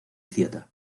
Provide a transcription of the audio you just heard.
theater